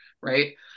right